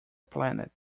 planet